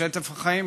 בשטף החיים,